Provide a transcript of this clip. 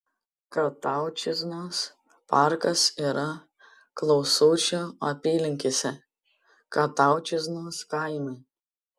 kataučiznos parkas yra klausučių apylinkėse kataučiznos kaime